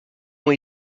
ont